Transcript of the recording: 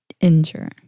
injure